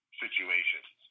situations